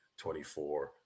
24